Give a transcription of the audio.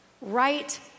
Right